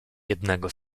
jednego